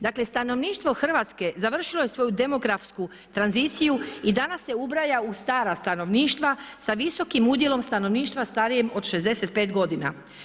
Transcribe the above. Dakle stanovništvo Hrvatsko, završilo je svoju demografsku tranziciju i danas se ubraja u stara stanovništva sa viskom udjelom stanovništva starijem od 65 godina.